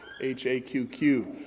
H-A-Q-Q